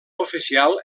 oficial